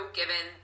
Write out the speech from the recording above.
given